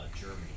Germany